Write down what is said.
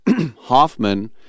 Hoffman